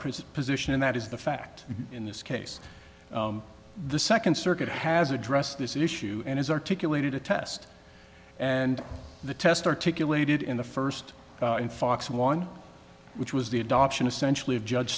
present position and that is the fact in this case the second circuit has addressed this issue and has articulated a test and the test articulated in the first fox one which was the adoption essentially of judge